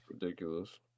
ridiculous